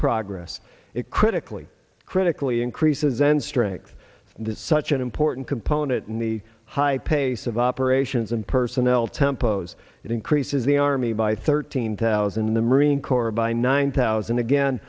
progress it critically critically increases and strength that such an important component in the high pace of operations and personnel tempo's it increases the army by thirteen thousand the marine corps by nine thousand again